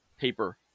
paper